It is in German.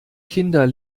kinder